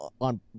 on